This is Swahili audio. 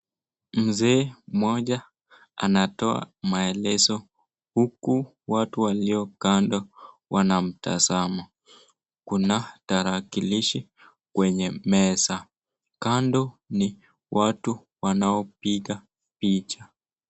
Mzee mmoja anatoa maelezo huku watu waliokando wanamtasama. Kuna tarakilishi kwenye meza. Kando ni watu wanaopiga picha.